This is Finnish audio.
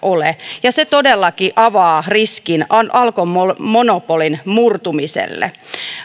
ole ja se todellakin avaa riskin alkon monopolin murtumiselle